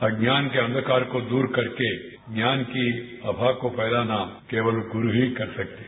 अज्ञान के अंधकार को द्र करके ज्ञान की आभा को फैलाना केवल गुरू ही करते सकते हैं